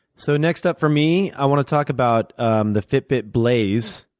so next up for me, i want to talk about um the fitbit blaze.